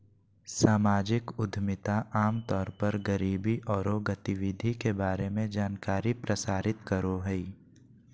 सामाजिक उद्यमिता आम तौर पर गरीबी औरो गतिविधि के बारे में जानकारी प्रसारित करो हइ